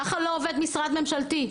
ככה לא עובד משרד ממשלתי.